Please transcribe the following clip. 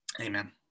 Amen